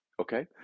Okay